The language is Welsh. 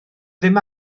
ddim